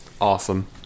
Awesome